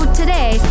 today